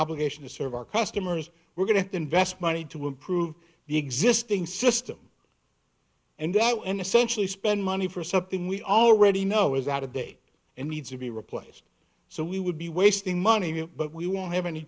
obligation to serve our customers we're going to invest money to improve the existing system and that an essential spend money for something we already know is out of date and needs to be replaced so we would be wasting money but we won't have any